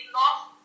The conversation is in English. lost